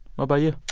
what about you?